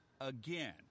again